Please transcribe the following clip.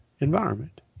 environment